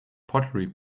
pottery